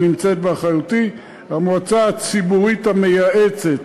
שנמצאת באחריותי, המועצה הציבורית המייעצת,